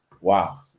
Wow